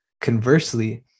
conversely